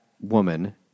woman